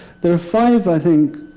there are five, i think,